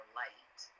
light